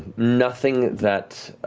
nothing that